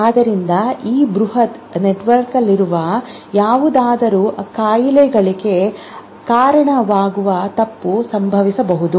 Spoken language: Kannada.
ಆದ್ದರಿಂದ ಈ ಬೃಹತ್ ನೆಟ್ವರ್ಕ್ನಲ್ಲಿರುವ ಯಾವುದಾದರೂ ಕಾಯಿಲೆಗಳಿಗೆ ಕಾರಣವಾಗುವ ತಪ್ಪು ಸಂಭವಿಸಬಹುದು